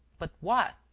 but what?